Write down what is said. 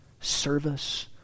service